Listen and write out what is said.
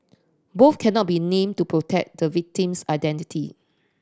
both cannot be named to protect the victim's identity